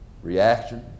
Reaction